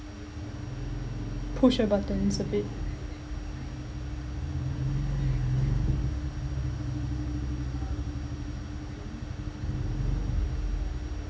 push her buttons a bit